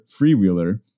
Freewheeler